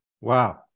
Wow